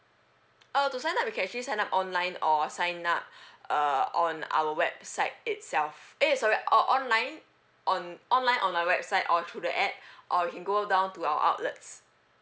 uh to sign up you can actually sign up online or sign up uh on our website itself eh sorry o~ online on online on our website or through the app or you can go down to our outlets